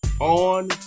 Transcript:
on